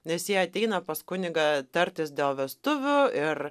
nes jie ateina pas kunigą tartis dėl vestuvių ir